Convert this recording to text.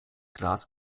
glas